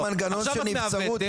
צריך מנגנון של נבצרות.